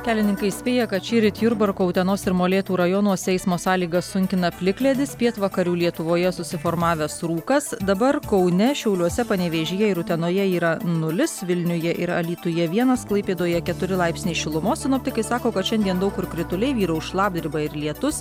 kelininkai įspėja kad šįryt jurbarko utenos ir molėtų rajonuose eismo sąlygas sunkina plikledis pietvakarių lietuvoje susiformavęs rūkas dabar kaune šiauliuose panevėžyje ir utenoje yra nulis vilniuje ir alytuje vienas klaipėdoje keturi laipsniai šilumos sinoptikai sako kad šiandien daug kur krituliai vyraus šlapdriba ir lietus